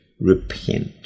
repent